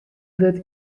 wurdt